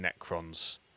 necrons